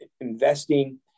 investing